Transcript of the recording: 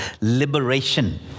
liberation